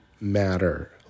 matter